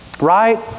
Right